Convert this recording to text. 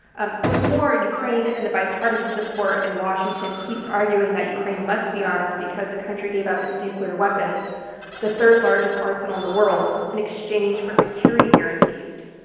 um what's more, ukraine and the bipartisan support in washington keeps arguing ukraine must be armed, because the country gave up its nuclear weapons the third largest arsenal in the world, in exchange for security guarantees.